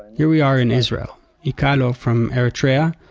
here we are in israel. yikealo, from eritrea,